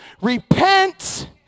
repent